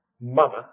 mother